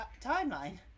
timeline